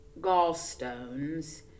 gallstones